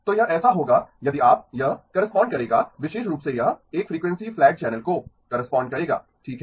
तो यह ऐसा होगा यदि आप यह करेस्पांड करेगा विशेष रूप से यह एक फ्रीक्वेंसी फ्लैट चैनल को करेस्पांड करेगा ठीक है